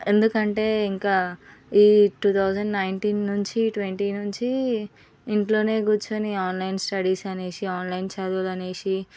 ఎందుకంటే ఇంకా ఈ టూ థౌజండ్ నైన్టీన్ నుంచి ట్వంటీ నుంచి ఇంట్లోనే కూర్చొని ఆన్లైన్ స్టడీస్ అని ఆన్లైన్ చదువులని